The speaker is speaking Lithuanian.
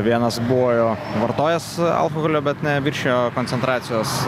vienas buvo vartojęs alkoholio bet neviršijo koncentracijos